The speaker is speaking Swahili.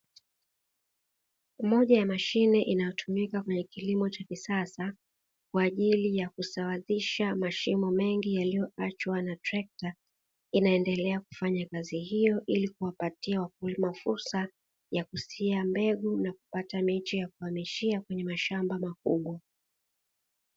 Mmoja wa mashine zinazotumika kwenye kilimo cha kisasa, kwa ajili ya kusawazisha mashimo mengi yaliyoachwa na trekta, inaendelea kufanya kazi hiyo ili kuwapatia wakulima fursa ya kusia mbegu na kupata miche ya kuhamishia kwenye mashamba makubwa.